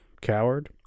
coward